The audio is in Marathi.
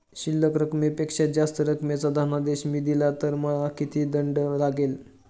शिल्लक रकमेपेक्षा जास्त रकमेचा धनादेश मी दिला तर मला किती दंड लागेल?